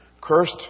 Cursed